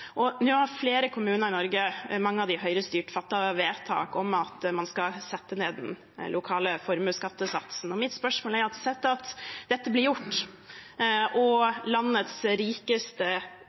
Nå har flere kommuner i Norge – mange av dem er Høyre-styrte – fattet vedtak om at man skal sette ned den lokale formuesskattesatsen. Mitt spørsmål gjelder: Sett at dette blir gjort, og landets rikeste